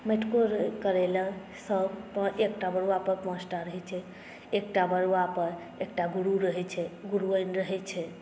मटिकोर करय लेल सभ तऽ एकटा बरुआपर पाँचटा रहैत छै एकटा बरुआपर एकटा गुरु रहैत छै गुरुआइन रहैत छै